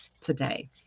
today